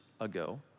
ago